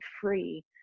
free